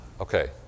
Okay